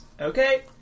Okay